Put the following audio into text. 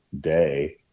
day